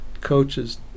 coaches